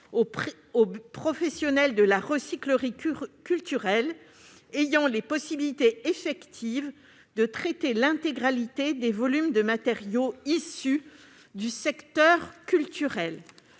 aux professionnels de la recyclerie culturelle ayant les possibilités effectives de traiter l'intégralité des volumes de matériaux issus du secteur culturel.